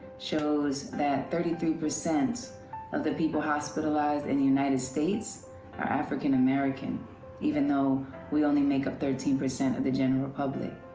shows that thirty three percent of the people hospitalized in the united states are african american even though we only make up thirteen percent of the general public.